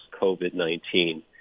COVID-19